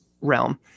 realm